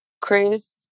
Chris